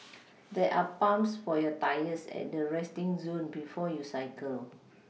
there are pumps for your tyres at the resting zone before you cycle